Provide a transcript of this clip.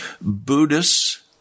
Buddhists